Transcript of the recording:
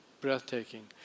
breathtaking